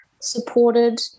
supported